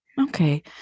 Okay